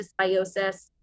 dysbiosis